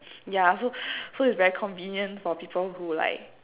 yeah so so is very convenient for people who like